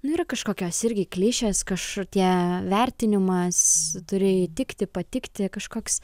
nu yra kažkokios irgi klišės kažkokie vertinimas turi įtikti patikti kažkoks